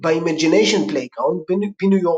ב-Imagination Playground בניו יורק.